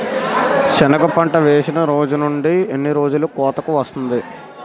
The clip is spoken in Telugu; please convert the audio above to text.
సెనగ పంట వేసిన రోజు నుండి ఎన్ని రోజుల్లో కోతకు వస్తాది?